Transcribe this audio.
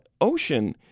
Ocean